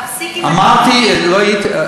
להפסיק עם, אמרתי, לא היית.